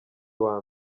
uwa